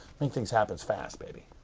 i mean things happen fast, baby.